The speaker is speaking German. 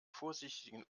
vorsichtigen